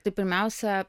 tai pirmiausia